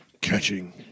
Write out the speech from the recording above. catching